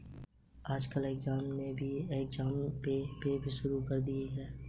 आजकल ऐमज़ान ने भी ऐमज़ान पे की शुरूआत कर दी है